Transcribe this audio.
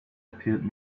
appeared